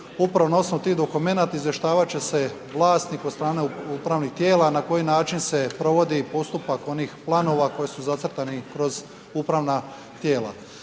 upravo na osnovu tih dokumenata izvještavati će se vlasnik od strane upravnih tijela na koji način se provodi postupak onih planova koji su zacrtani kroz upravna tijela.